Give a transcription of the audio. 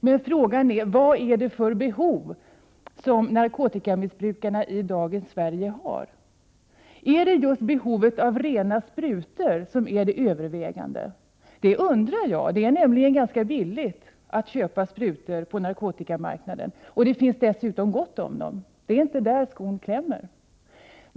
Men frågan är vad det är för behov som narkotikamissbrukarna i dagens Sverige har. Är det just behovet av rena sprutor som är viktigast? Jag undrar om det är så. Det är nämligen ganska billigt att köpa sprutor på narkotikamarknaden, och det finns dessutom gott om dem. Det är inte där skon klämmer.